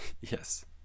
Yes